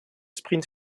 sprint